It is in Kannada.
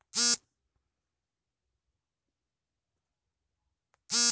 ಭಾರತದಲ್ಲಿ ಸಮಾಜಸೇವೆ ಕೆಲಸಮಾಡುತ್ತಿರುವ ನಾನ್ ಪ್ರಫಿಟ್ ಫೌಂಡೇಶನ್ ಗಳು ಸಾಕಷ್ಟಿವೆ